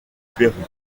pérou